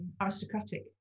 aristocratic